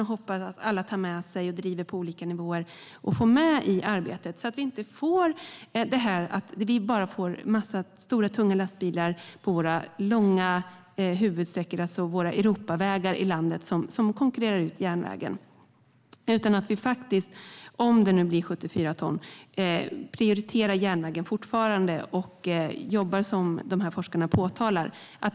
Jag hoppas att alla tar med sig och driver det på olika nivåer och får med det i arbetet så att vi inte bara får en massa stora tunga lastbilar på våra Europavägar i landet som konkurrerar ut järnvägen. Om det nu blir 74 ton ska vi fortfarande prioritera järnvägen och jobba som dessa forskare säger.